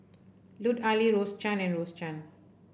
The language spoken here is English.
Lut Ali Rose Chan and Rose Chan